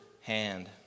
hand